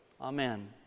amen